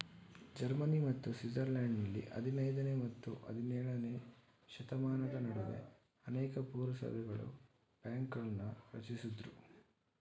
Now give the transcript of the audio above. Germany ಮತ್ತು ಸ್ವಿಟ್ಜರ್ಲೆಂಡ್ನಲ್ಲಿ ಹದಿನೈದನೇ ಮತ್ತು ಹದಿನೇಳನೇಶತಮಾನದ ನಡುವೆ ಅನೇಕ ಪುರಸಭೆಗಳು ಬ್ಯಾಂಕ್ಗಳನ್ನ ರಚಿಸಿದ್ರು